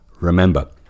Remember